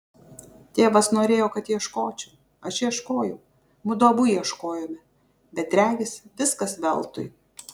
tėvas norėjo kad ieškočiau aš ieškojau mudu abu ieškojome bet regis viskas veltui